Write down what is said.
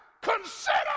consider